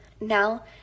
now